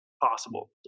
possible